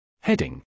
Heading